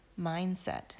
mindset